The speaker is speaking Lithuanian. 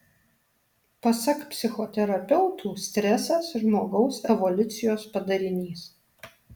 pasak psichoterapeutų stresas žmogaus evoliucijos padarinys